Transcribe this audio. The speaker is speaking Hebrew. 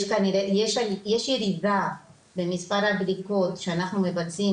יש ירידה במספר הבדיקות שאנחנו מבצעים,